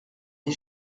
les